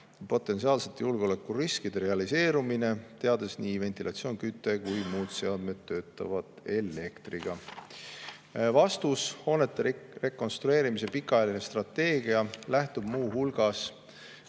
potentsiaalsete julgeoleku riskide realiseerumisel [---], teades et nii ventilatsiooni-, kütte- kui ka muud seadmed töötavad elektriga?" Vastus. Hoonete rekonstrueerimise pikaajaline strateegia lähtub muu hulgas